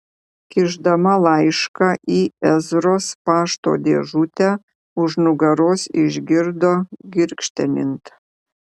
kišdama laišką į ezros pašto dėžutę už nugaros išgirdo girgžtelint